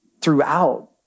throughout